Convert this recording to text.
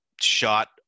Shot